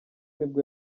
nibwo